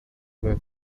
were